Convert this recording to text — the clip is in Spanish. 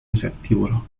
insectívoro